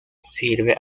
sirve